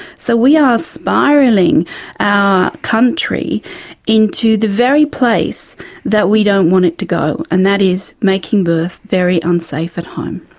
so we are spiralling our country into the very place that we don't want it to go, and that is making birth very unsafe at home.